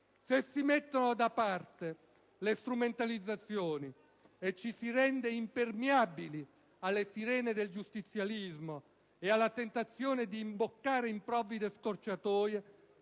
se si mettono da parte le strumentalizzazioni e ci si rende impermeabili alle sirene del giustizialismo e alla tentazione di imboccare improvvide scorciatoie,